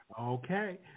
Okay